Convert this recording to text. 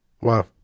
Wow